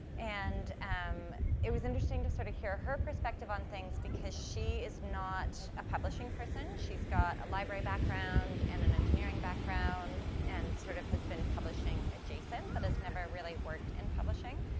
and um it was interesting to sort of hear her perspective on things because she is not a publishing person. she's got a library background and an engineering background and sort of has been publishing adjacent, but has never really worked in and publishing.